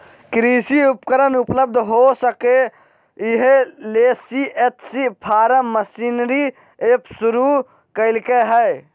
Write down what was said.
कृषि उपकरण उपलब्ध हो सके, इहे ले सी.एच.सी फार्म मशीनरी एप शुरू कैल्के हइ